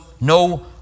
no